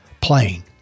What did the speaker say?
playing